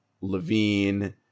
Levine